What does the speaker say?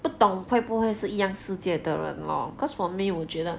不懂会不会是一样世界的人 lor because for me 我觉得